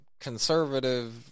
conservative